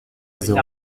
zéro